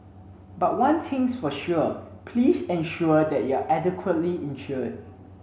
but one thing's for sure please ensure that are you are adequately insured